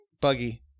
Buggy